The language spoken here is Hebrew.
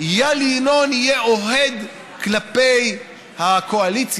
איל ינון יהיה אוהד כלפי הקואליציה.